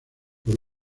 por